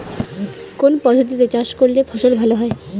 কোন পদ্ধতিতে চাষ করলে ফসল ভালো হয়?